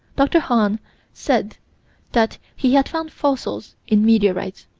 dr. hahn said that he had found fossils in meteorites.